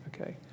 okay